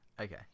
Okay